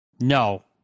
No